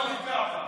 לא נפגע בה.